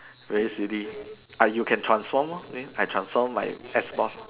very silly I you can transform lor than I transform my ex boss